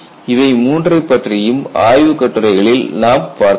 இவை மூன்றைப் பற்றியும் ஆய்வுக் கட்டுரைகளில் நாம் காணலாம்